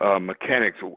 Mechanics